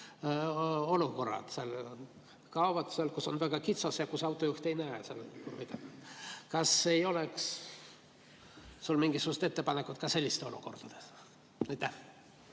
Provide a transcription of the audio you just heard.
olukorrad. Teed kaovad seal, kus on väga kitsas ja kus autojuht ei näe. Kas ei oleks sul mingisugust ettepanekut ka sellisteks olukordadeks?